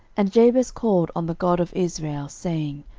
and jabez called on the god of israel, saying,